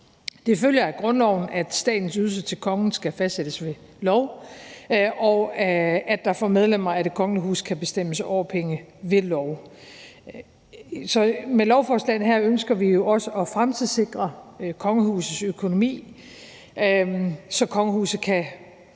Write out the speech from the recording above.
Det følger af grundloven, at statens ydelse til kongen skal fastsættes ved lov, og at der for medlemmer af det kongelige hus kan bestemmes årpenge ved lov. Så med lovforslagene her ønsker vi jo også at fremtidssikre kongehusets økonomi, så kongehuset kan